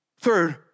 Third